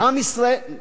עם ישראל,